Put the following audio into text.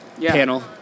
panel